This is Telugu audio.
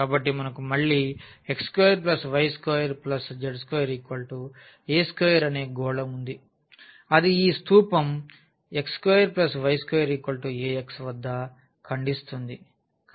కాబట్టి మనకు మళ్ళీ x2y2z2a2 అనే గోళం ఉంది అది ఈ స్తూపం x2y2 ax వద్ద ఖండిస్తుంది